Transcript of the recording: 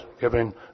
giving